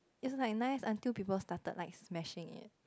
it's like nice until people started like smashing it